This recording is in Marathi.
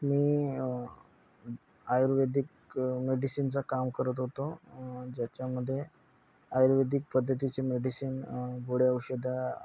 मी आयुर्वेदिक मेडिसिनच काम करत होतो ज्याच्यामध्ये आयुर्वेदिक पद्धतीचे मेडिसिन गोळ्या औषधं